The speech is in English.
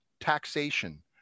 taxation